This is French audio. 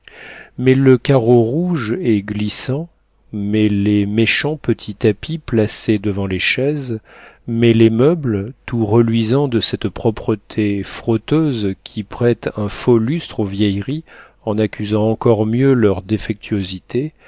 mais le carreau rouge et glissant mais les méchants petits tapis placés devant les chaises mais les meubles tout reluisait de cette propreté frotteuse qui prête un faux lustre aux vieilleries en accusant encore mieux leurs défectuosités